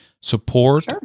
support